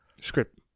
script